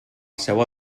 seua